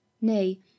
Nay